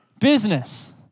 business